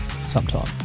Sometime